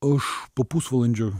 aš po pusvalandžio